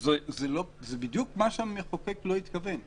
זה בדיוק מה שהמחוקק לא התכוון אליו.